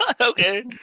Okay